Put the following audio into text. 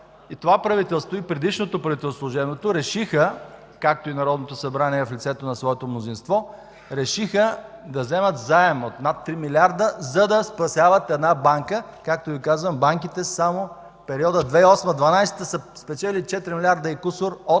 и това правителство, и предишното правителство – служебното, решиха, както и Народното събрание в лицето на своето мнозинство, да вземат заем от над три милиарда, за да спасяват една банка. Както Ви казвам – банките само в периода 2008 – 2012 г. са спечелили четири милиарда и кусур от